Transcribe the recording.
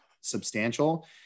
substantial